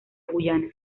guyana